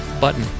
button